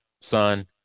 son